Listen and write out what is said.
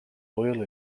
oil